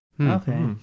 Okay